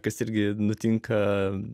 kas irgi nutinka